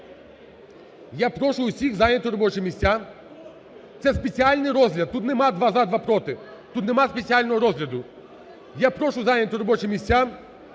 Я прошу усіх зайняти робочі місця. Це спеціальний розгляд, тут немає "два – за, два – проти", тут нема спеціального розгляду. Я прошу зайняти робочі місця.